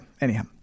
Anyhow